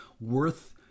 worth